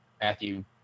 Matthew